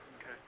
Okay